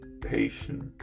patience